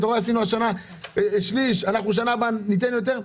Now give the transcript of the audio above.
עשינו השנה שליש ובשנה הבאה ניתן יותר",